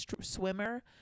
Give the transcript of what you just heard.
swimmer